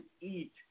eat